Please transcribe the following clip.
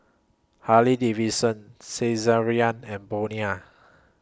Harley Davidson Saizeriya and Bonia